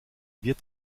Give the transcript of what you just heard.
wird